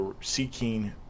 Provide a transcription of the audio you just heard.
seeking